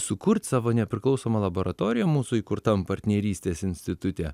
sukurt savo nepriklausomą laboratoriją mūsų įkurtam partnerystės institute